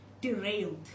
derailed